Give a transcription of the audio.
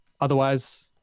otherwise